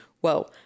whoa